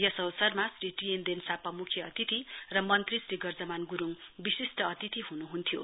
यस अवसरमा Shri T N Densapa मुख्य अतिथि र मन्त्री श्री गर्जमान गुरुङ विशिष्ट अतिथि ह्नुहुन्थ्यो